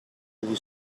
degli